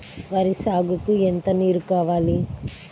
వరి సాగుకు ఎంత నీరు కావాలి?